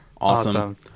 Awesome